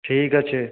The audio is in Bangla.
ঠিক আছে